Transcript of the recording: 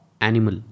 animal